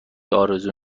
آرزو